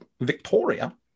Victoria